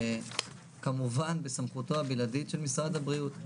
כמובן בסמכותו הבלעדית של משרד הבריאות.